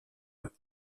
eux